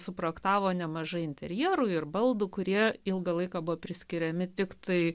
suprojektavo nemažai interjerų ir baldų kurie ilgą laiką buvo priskiriami tiktai